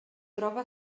troba